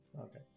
Okay